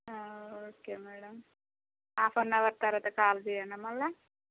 okay madam half an hour తర్వాత call చేయాల మరల